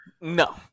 No